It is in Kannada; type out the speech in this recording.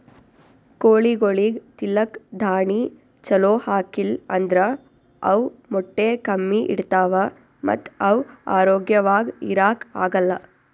ಕೋಳಿಗೊಳಿಗ್ ತಿಲ್ಲಕ್ ದಾಣಿ ಛಲೋ ಹಾಕಿಲ್ ಅಂದ್ರ ಅವ್ ಮೊಟ್ಟೆ ಕಮ್ಮಿ ಇಡ್ತಾವ ಮತ್ತ್ ಅವ್ ಆರೋಗ್ಯವಾಗ್ ಇರಾಕ್ ಆಗಲ್